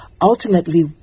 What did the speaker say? ultimately